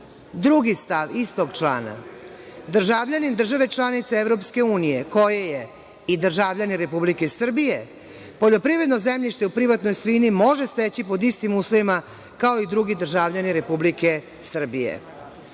vam. Drugi stav istog člana – državljanin države članice EU, koji je i državljani Republike Srbije, poljoprivredno zemljište u privatnoj svojini može steći pod istim uslovima, kao i drugi državljani Republike Srbije.